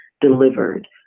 delivered